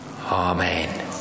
Amen